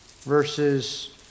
verses